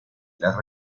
las